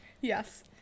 Yes